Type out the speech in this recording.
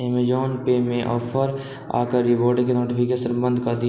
Amazon पे मे offer आ रिवार्डकेँ नोटिफिकेशन बन्द कऽ दियौ